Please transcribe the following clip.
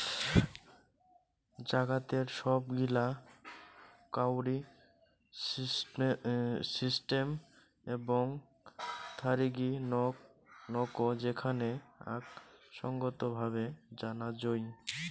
জাগাতের সব গিলা কাউরি সিস্টেম এবং থারিগী নক যেখানে আক সঙ্গত ভাবে জানা যাই